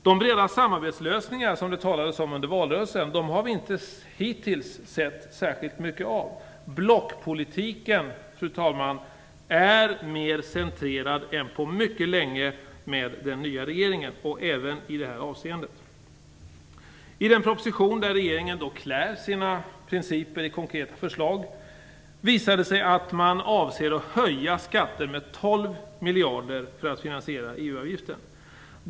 De breda samarbetslösningar som det talades om under valrörelsen har vi hittills inte sett särskilt mycket av. Blockpolitiken är med den nya regeringen mer cementerad än på mycket länge, även i detta avseende. I den proposition där regeringen klär sina principer i konkreta förslag visar det sig att man avser att höja skatter med 12 miljarder för att finansiera EU-avgiften.